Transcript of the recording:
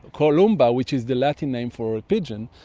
columba, which is the latin name for pigeon,